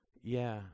Yeah